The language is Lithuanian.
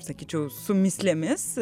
sakyčiau su mįslėmis